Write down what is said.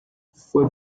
fue